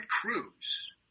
Cruz